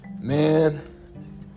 man